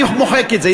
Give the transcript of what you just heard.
אני מוחק את זה,